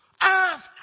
Ask